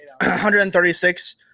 136